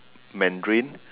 Mandarin